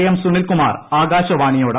M Sunil Kumar ആകാശവാണിയോട്